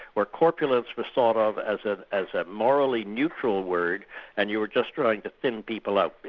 where corpulence was thought of as ah as a morally neutral word and you were just trying to thin people out.